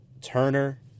Turner